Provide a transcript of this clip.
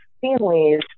families